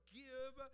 give